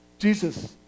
Jesus